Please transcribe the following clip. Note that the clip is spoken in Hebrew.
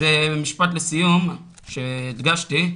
זה משפט לסיום שהדגשתי,